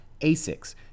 ASICs